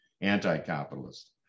anti-capitalist